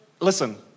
listen